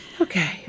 Okay